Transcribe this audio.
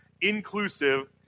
inclusive